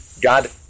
God